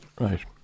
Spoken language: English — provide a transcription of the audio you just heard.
Right